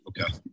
Okay